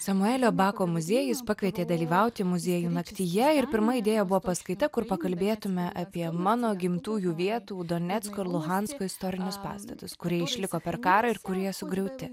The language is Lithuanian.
samuelio bako muziejus pakvietė dalyvauti muziejų naktyje ir pirma idėja buvo paskaita kur pakalbėtume apie mano gimtųjų vietų donecko ir luhansko istorinius pastatus kurie išliko per karą ir kurie sugriauti